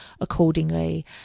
accordingly